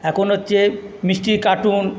এখন হচ্ছে মিষ্টির কার্টন